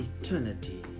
eternity